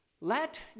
let